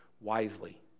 wisely